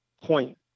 point